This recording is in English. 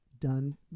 done